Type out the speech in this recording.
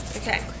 Okay